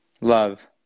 Love